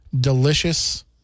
delicious